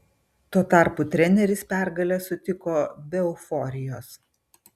tuo tarpu treneris pergalę sutiko be euforijos